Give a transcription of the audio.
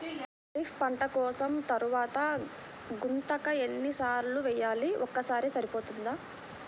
ఖరీఫ్ పంట కోసిన తరువాత గుంతక ఎన్ని సార్లు వేయాలి? ఒక్కసారి సరిపోతుందా?